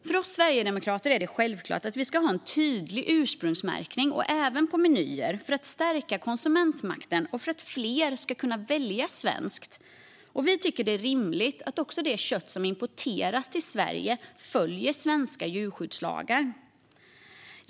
För oss sverigedemokrater är det självklart att vi ska ha tydlig ursprungsmärkning, även på menyer, för att stärka konsumentmakten och för att fler ska kunna välja svenskt. Vi tycker att det är rimligt att också det kött som importeras till Sverige följer svenska djurskyddslagar.